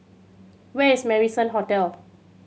where is Marrison Hotel